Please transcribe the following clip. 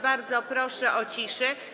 Bardzo proszę o ciszę.